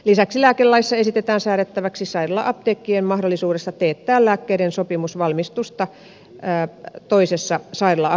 lisäksi lääkelaissa esitetään säädettäväksi sairaala apteekkien mahdollisuudesta teettää lääkkeiden sopimusvalmistusta toisessa sairaala apteekissa